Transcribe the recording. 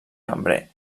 cambrer